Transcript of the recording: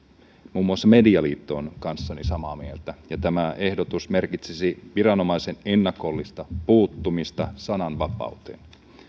muun muassa medialiitto on kanssani samaa mieltä ja tämä ehdotus merkitsisi viranomaisen ennakollista puuttumista sananvapauteen